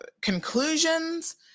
conclusions